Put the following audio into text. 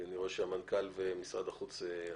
ואני רואה שמנכ"ל המשרד להגנת הסביבה ונציג משרד החוץ עזבו,